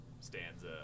stanza